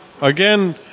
Again